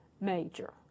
major